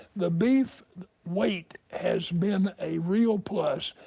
the beef weight has been a real plus.